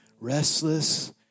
Restless